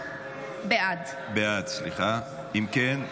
בעד אם כן,